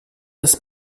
dass